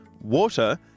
water